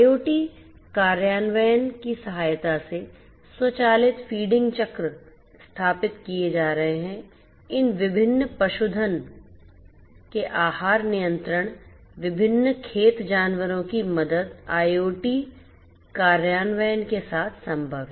IoT कार्यान्वयन की सहायता से स्वचालित फीडिंग चक्र स्थापित किए जा सकते हैं इन विभिन्न पशुधन के आहार नियंत्रण विभिन्न खेत जानवरों की मदद IoT कार्यान्वयन के साथ संभव है